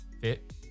Fit